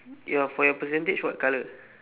your for your percentage what colour